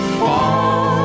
fall